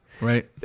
right